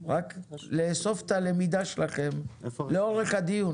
רק לאסוף את הלמידה שלכם לאורך הדיון,